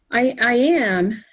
i am.